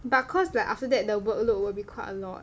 because like after that the workload will be quite a lot